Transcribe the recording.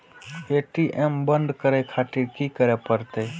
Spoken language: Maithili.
ए.टी.एम बंद करें खातिर की करें परतें?